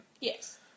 Yes